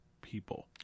people